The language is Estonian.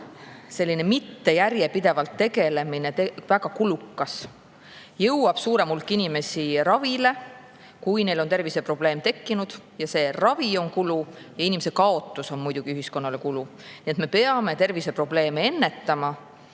mitte järjepidevalt tegelemine väga kulukas. Suurem hulk inimesi jõuab ravile, kui neil on terviseprobleem tekkinud, ja see ravi on kulu ja ka inimese kaotus on muidugi ühiskonnale kulu. Nii et me peame terviseprobleeme ennetama. Eesti